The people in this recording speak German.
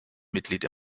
mitglied